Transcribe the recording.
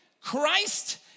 Christ